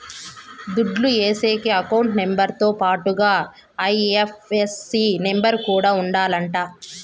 దుడ్లు ఏసేకి account number తో పాటుగా ఐ.ఎఫ్.ఎస్.సి నెంబర్ కూడా ఉండాలంట